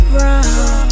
Brown